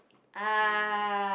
um